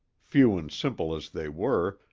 few and simple as they were,